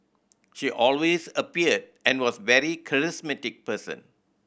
she always appeared and was a very charismatic person